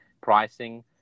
pricing